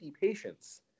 patients